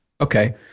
Okay